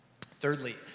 Thirdly